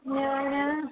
ഞാൻ